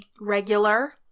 regular